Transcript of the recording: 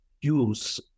use